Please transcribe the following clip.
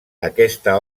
aquesta